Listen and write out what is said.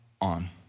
on